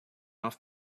off